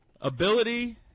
Ability